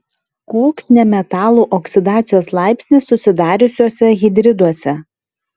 koks nemetalų oksidacijos laipsnis susidariusiuose hidriduose